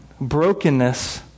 brokenness